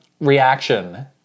reaction